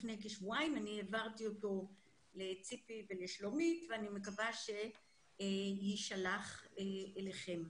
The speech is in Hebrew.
לפני כשבועיים אותו העברתי לציפי ולשלומית ואני מקווה שיישלח אליכם.